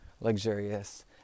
luxurious